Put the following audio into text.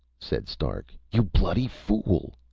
said stark. you bloody fool.